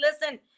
listen